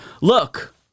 look